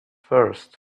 first